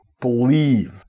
Believe